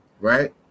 Right